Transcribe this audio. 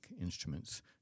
instruments